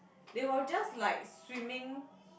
they were just like swimming